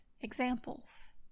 examples